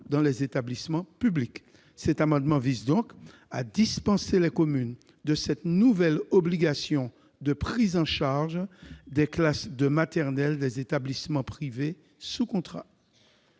dans les établissements publics. Cet amendement vise donc à dispenser les communes de cette nouvelle obligation de prise en charge des classes maternelles des établissements privés sous contrat.